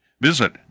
Visit